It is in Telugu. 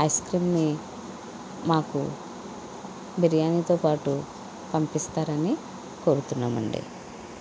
ఐస్క్రీమ్ని మాకు బిర్యానీతో పాటు పంపిస్తారని కోరుతున్నామండి